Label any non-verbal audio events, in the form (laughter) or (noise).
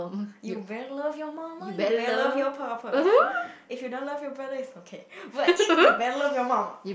you better love your mama you better love your papa (breath) if you don't love your brother it's okay but you~ you better love your mama